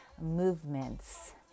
movements